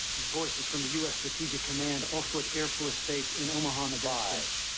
his voice is from the u s. strategic command offutt air force base in omahanebras. ve,